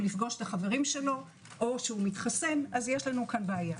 לפגוש את חבריו או הוא מתחסן - יש פה בעיה.